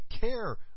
care